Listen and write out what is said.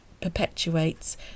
perpetuates